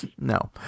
No